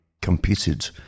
competed